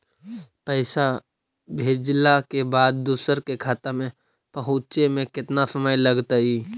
पैसा भेजला के बाद दुसर के खाता में पहुँचे में केतना समय लगतइ?